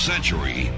century